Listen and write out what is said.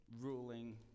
ruling